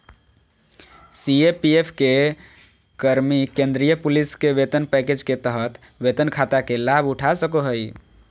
CAPF के कर्मि केंद्रीय पुलिस वेतन पैकेज के तहत वेतन खाता के लाभउठा सको हइ